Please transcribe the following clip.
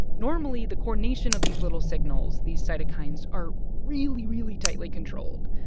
normally, the coordination of these little signals, these cytokines, are really, really tightly controlled.